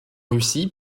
russie